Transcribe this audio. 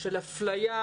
של אפליה,